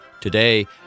Today